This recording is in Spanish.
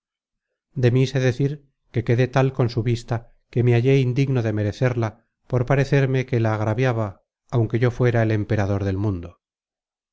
de mí sé decir que quedé tal con su vista que me hallé indigno de merecerla por parecerme que la agraviaba aunque yo fuera el emperador del mundo